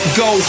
go